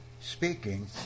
speaking